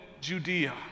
Judea